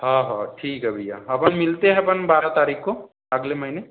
हाँ हाँ ठीक है भैया हम मिलते हम बारह तारीख को अगले महीने